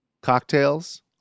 Cocktails